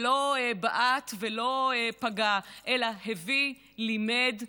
הוא לא בעט ולא פגע אלא הביא, לימד,